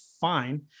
fine